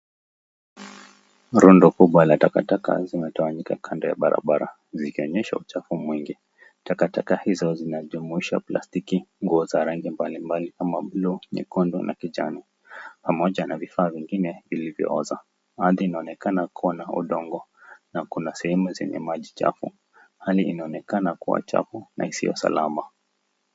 Rundo kubwa la takataka, zimetawanyika kando ya barabara, zikionyesha uchafu mwingi, takataka hizo zinajumuisha plastiki nguo za rangi mbalimbali kama buluu, nyekundu na kijani, pamoja na vifaa vingine, vilivyooza, ardhi inaonekana kuwa na udongo, na kuna sehemu zenye maji chafu, hali inaonekana kuwa chafu na isiyo salama.